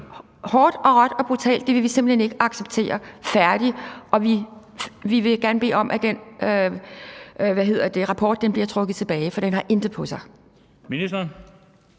råt og brutalt bliver sagt, at det vil vi simpelt hen ikke acceptere – færdig! – og at vi gerne vil bede om, at den rapport bliver trukket tilbage. For den har intet på sig. Kl.